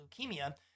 leukemia